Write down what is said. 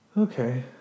Okay